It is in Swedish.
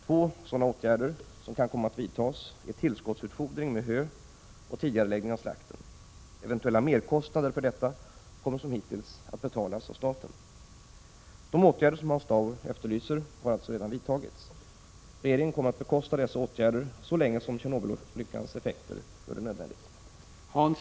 Två sådana åtgärder som kan komma att vidtas är tillskottsutfodring med hö och tidigareläggning av slakten. Eventuella merkostnader för detta kommer som hittills att betalas av staten. De åtgärder som Hans Dau efterlyser har alltså redan vidtagits. Regeringen kommer att bekosta dessa åtgäder så länge som Tjernobylolyckans effekter gör det nödvändigt.